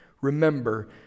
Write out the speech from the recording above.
remember